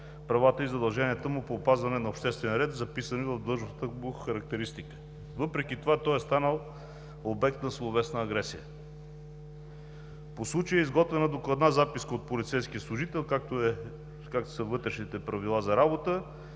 правата и задълженията му по опазване на обществения ред, записани в длъжностната му характеристика. Въпреки това той е станал обект на словесна агресия. По случая е изготвена докладна записка от полицейския служител, както са вътрешните правила за работа,